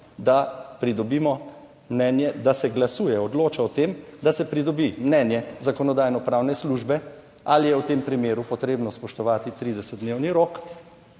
da se glasuje, odloča o tem, da se pridobi mnenje Zakonodajno-pravne službe ali je v tem primeru potrebno spoštovati 30 dnevni rok